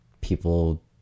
people